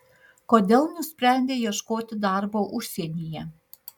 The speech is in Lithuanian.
kodėl nusprendei ieškoti darbo užsienyje